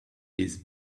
his